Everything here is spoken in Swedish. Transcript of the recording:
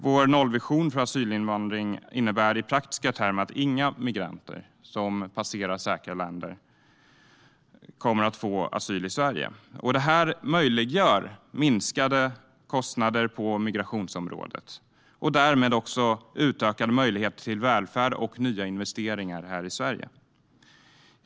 Vår nollvision för asylinvandring innebär i praktiska termer att inga migranter som passerar säkra länder ska beviljas asyl i Sverige. Det möjliggör minskade kostnader på migrationsområdet och därmed utökade möjligheter till välfärd och nya investeringar här i Sverige.